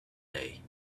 day